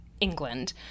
England